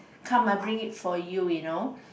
come I bring it for you you know